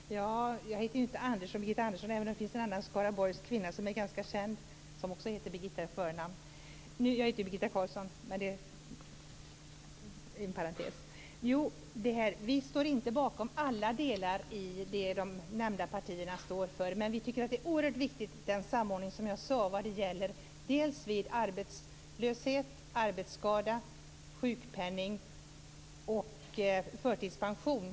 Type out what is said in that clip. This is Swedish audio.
Fru talman! Jag heter nu inte Birgitta Andersson, även om det finns en annan ganska känd skaraborgskvinna som heter så. Jag heter Birgitta Carlsson. Men det var en parentes. Vi står inte bakom alla delar i det som de nämnda partierna står för. Men vi tycker att det är oerhört viktigt med den samordning jag talade om vid arbetslöshet, arbetsskada, sjukpenning och förtidspension.